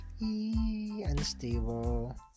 unstable